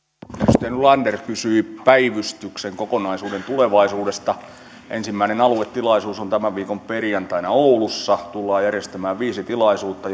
edustaja nylander kysyi päivystyksen kokonaisuuden tulevaisuudesta ensimmäinen aluetilaisuus on tämän viikon perjantaina oulussa tullaan järjestämään viisi tilaisuutta